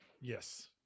Yes